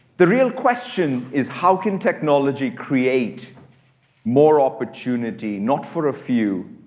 the real question is how can technology create more opportunity, not for a few,